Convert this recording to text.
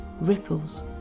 ripples